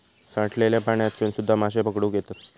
साठलल्या पाण्यातसून सुध्दा माशे पकडुक येतत